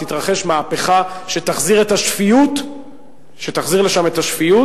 תתרחש מהפכה שתחזיר לשם את השפיות